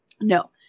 No